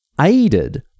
aided